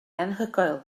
anhygoel